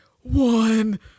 one